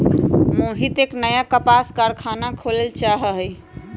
मोहित एक नया कपास कारख़ाना खोले ला चाहा हई